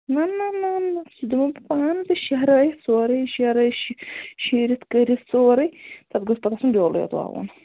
نہَ نہَ نہَ نہَ سُہ دمو بہٕ پانہٕ تہِ شہرٲوِتھ سورُے شہرٲوِتھ شیٖرِتھ کٔرِتھ سورُے تتھ گوٚژھ پَتہٕ آسُن بیٛولُے یوت وَوُن